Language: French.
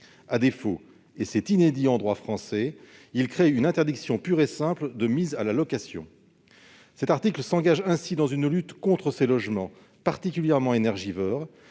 À défaut, et c'est inédit en droit français, l'article 42 prévoit une interdiction pure et simple de mise en location. Cet article permettra ainsi de lutter contre ces logements particulièrement énergivores,